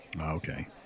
okay